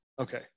Okay